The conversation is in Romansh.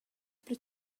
plü